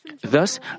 Thus